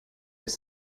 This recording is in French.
les